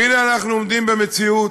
והנה, אנחנו עומדים במציאות